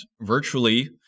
virtually